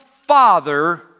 father